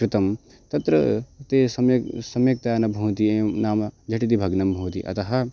कृतं तत्र ते सम्यग् सम्यक्तया न भवन्ति एवं नाम झटिति भग्नं भवन्ति अतः